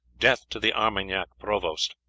death to the armagnac provost!